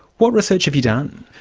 what research have you done?